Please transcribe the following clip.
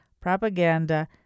propaganda